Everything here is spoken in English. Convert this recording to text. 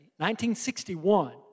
1961